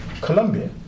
Colombia